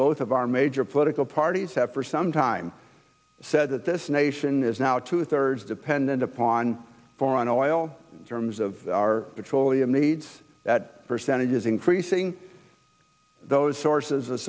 both of our major political parties have for some time said that this nation is now two thirds dependent upon foreign oil terms of our petroleum needs percentages increasing those sources of